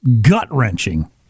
gut-wrenching